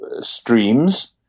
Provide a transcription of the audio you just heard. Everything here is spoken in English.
streams